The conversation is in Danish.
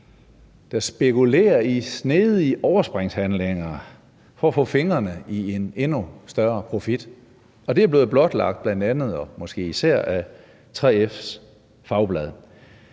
der spekulerer i snedige overspringshandlinger for at få fingrene i en endnu større profit. Og det er blevet blotlagt af bl.a. – og måske især – 3F's fagblad.